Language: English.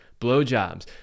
blowjobs